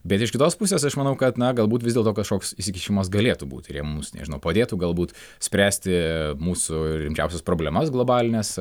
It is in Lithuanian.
bet iš kitos pusės aš manau kad na galbūt vis dėlto kažkoks įsikišimas galėtų būt ir jie mus nežinau padėtų galbūt spręsti mūsų rimčiausias problemas globalines